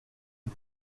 une